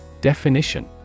Definition